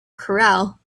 corral